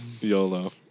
YOLO